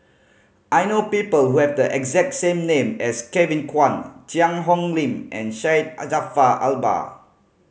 I know people who have the exact same name as Kevin Kwan Cheang Hong Lim and Syed Jaafar Albar